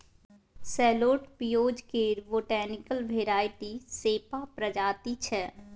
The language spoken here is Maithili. सैलोट पिओज केर बोटेनिकल भेराइटी सेपा प्रजाति छै